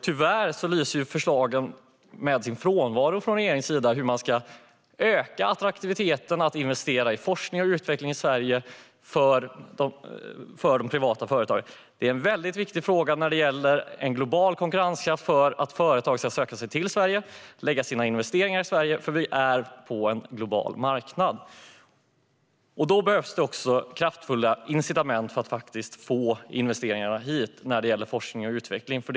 Tyvärr lyser förslagen från regeringens sida med sin frånvaro när det gäller hur man ska öka attraktiviteten för privata företag att investera i forskning och utveckling. Det är en väldigt viktig fråga när det gäller global konkurrenskraft och att få företag att söka sig till Sverige och lägga sina investeringar här. Vi finns ju på en global marknad, och då behövs det kraftfulla incitament för att faktiskt få investeringarna i forskning och utveckling hit.